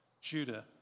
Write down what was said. Judah